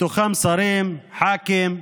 ובהם שרים, ח"כים,